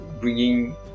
bringing